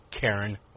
Karen